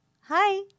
Hi